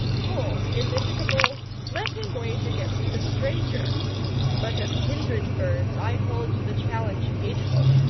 full, immitigable, let him wage against the stranger but of kindred birds i hold the challenge hateful.